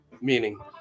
meaning